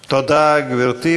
תודה, גברתי.